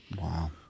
Wow